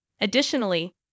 Additionally